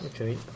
Okay